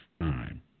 time